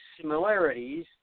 similarities